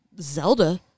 Zelda